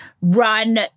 run